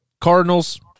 cardinals